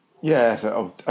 Yes